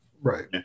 right